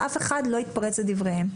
שאף אחד לא יתפרץ לדבריהם.